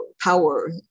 power